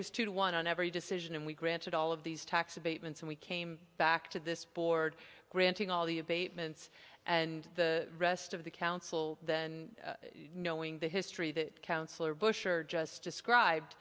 was two to one on every decision and we granted all of these tax abatements and we came back to this board granting all the abatements and the rest of the council then knowing the history that council or bush or just described